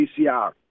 PCR